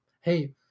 Hey